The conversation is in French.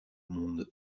monde